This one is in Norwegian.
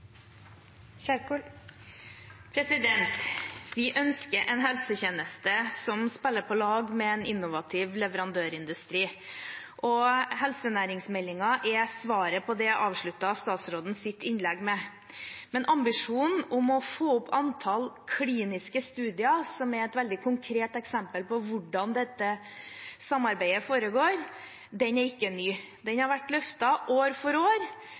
replikkordskifte. Vi ønsker en helsetjeneste som spiller på lag med en innovativ leverandørindustri, og helsenæringsmeldingen er svaret på det, avsluttet statsråden sitt innlegg med. Men ambisjonen om å få opp antall kliniske studier, som er et veldig konkret eksempel på hvordan dette samarbeidet foregår, er ikke ny. Den har vært løftet år for år,